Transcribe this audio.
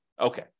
Okay